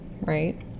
right